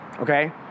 okay